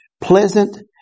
pleasant